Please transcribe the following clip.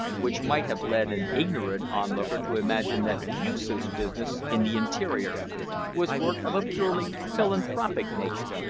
which might have led an ignorant onlooker to imagine that yoosoof's business in the interior was work of a purely philanthropic nature!